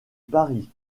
paris